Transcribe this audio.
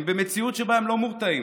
הם במציאות שבה הם לא מורתעים.